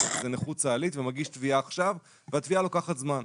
זאת נכות צה"לית ועכשיו הוא מגיש תביעה והתביעה לוקחת זמן.